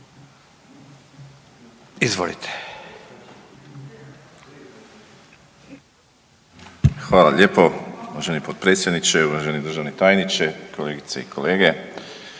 (HDZ)** Hvala lijepo uvaženi potpredsjedniče, uvaženi državni tajniče, kolegice i kolege.